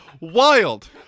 wild